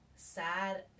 Sad